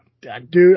Dude